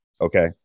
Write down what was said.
okay